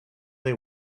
they